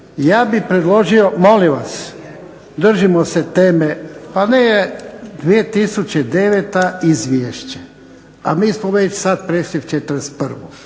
Ja bih predložio molim vas držimo se teme pa nije 2009. izvješće, a mi smo već sad prešli u '41.